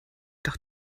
doch